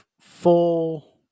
full